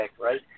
right